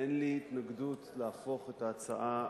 אין לי התנגדות להפוך את ההצעה,